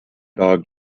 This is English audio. dog